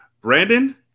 Brandon